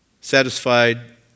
satisfied